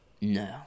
No